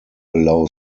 allow